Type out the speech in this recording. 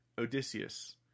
Odysseus